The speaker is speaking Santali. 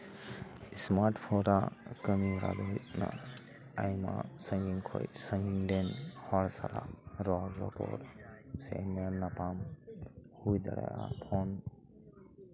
ᱮᱥᱢᱟᱨᱴ ᱯᱷᱳᱱ ᱟᱜ ᱠᱟᱹᱢᱤ ᱦᱚᱨᱟ ᱫᱚ ᱦᱩᱭᱩᱜ ᱠᱟᱱᱟ ᱟᱭᱢᱟ ᱥᱟᱺᱜᱤᱧ ᱠᱷᱚᱡ ᱥᱟᱺᱜᱤᱧ ᱨᱮᱱ ᱦᱚᱲ ᱥᱟᱞᱟᱜ ᱨᱚᱲ ᱨᱚᱯᱚᱲ ᱥᱮ ᱧᱮᱞ ᱧᱟᱯᱟᱢ ᱦᱩᱭ ᱫᱟᱲᱮᱭᱟᱜᱼᱟ ᱯᱷᱳᱱ